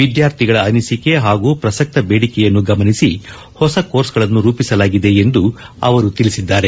ವಿದ್ಯಾರ್ಥಿಗಳ ಅನಿಸಿಕೆ ಹಾಗೂ ಪ್ರಸಕ್ತ ಬೇಡಿಕೆಯನ್ನು ಗಮನಿಸಿ ಹೊಸ ಕೋರ್ಸ್ಗಳನ್ನು ರೂಪಿಸಲಾಗಿದೆ ಎಂದು ಅವರು ತಿಳಿಸಿದ್ದಾರೆ